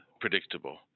predictable